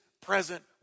present